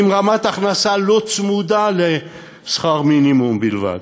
עם רמת הכנסה לא צמודה לשכר המינימום בלבד.